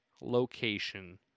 location